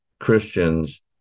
christians